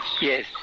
Yes